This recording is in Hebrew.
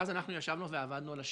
ואז, אנחנו ישבנו ועבדנו על השאלות.